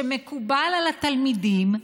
שמקובל על התלמידים,